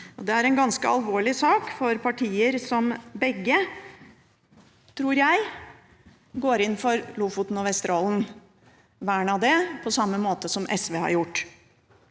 Det er en ganske alvorlig sak for partier som begge – tror jeg – går inn for vern av Lofoten og Vesterålen, på samme måte som SV har gjort.